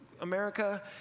America